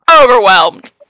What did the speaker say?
overwhelmed